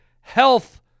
Health